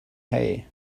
hay